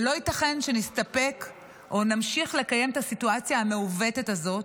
ולא ייתכן שנסתפק או נמשיך לקיים את הסיטואציה המעוותת הזאת,